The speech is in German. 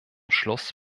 schluss